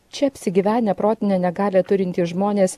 čia apsigyvenę protinę negalią turintys žmonės